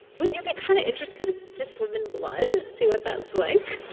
wouldn't be kind of interested to swim in blood and see what that's like